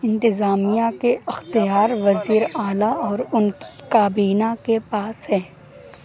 انتظامیہ کے اختیار وزیر اعلیٰ اور ان کی کابینہ کے پاس ہے